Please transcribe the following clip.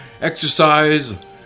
exercise